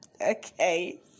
okay